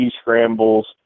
scrambles